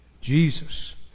Jesus